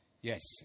Yes